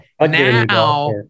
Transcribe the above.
Now